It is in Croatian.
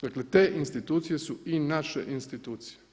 Dakle te institucije su i naše institucije.